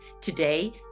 Today